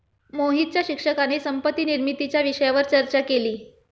मोहितच्या शिक्षकाने संपत्ती निर्मितीच्या विषयावर चर्चा केली